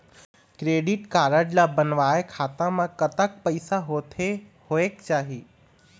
Credit card ला बनवाए खाता मा कतक पैसा होथे होएक चाही?